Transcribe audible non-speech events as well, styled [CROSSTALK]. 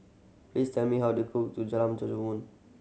please tell me how to cook [UNINTELLIGIBLE]